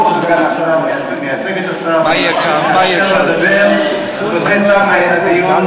ברור שסגן השר מייצג את השר ואני מאפשר לו לדבר ובזה תם הדיון.